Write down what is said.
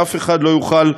אף אחד לא יוכל,